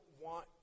want